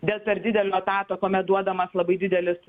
dėl per didelio etato kuomet duodamas labai didelis